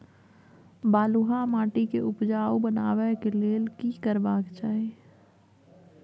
बालुहा माटी के उपजाउ बनाबै के लेल की करबा के चाही?